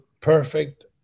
perfect